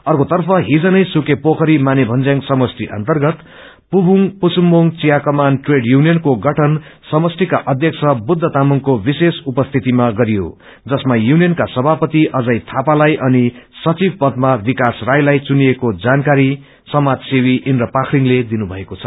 अर्कोतर्फ हिज नै सुकेपोखरी माने भन्ज्याङ समष्टि अन्तर्गत पूर्वोंग पुसुम्बोंग चिया कमान ट्रेड यूनियनको गठन समष्टिका अध्यक्ष बुद्ध तामाङको विशेष उपस्थितिमा गरियो जसमा यूनियनका सभापति अजय थापालाई अनि सचिव पदमा विकास राईलाई चुनिएको जानकारी समाजसेवी इन्द्र पाख्रीनले दिनुभएको छ